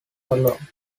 alone